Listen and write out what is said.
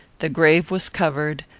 the grave was covered,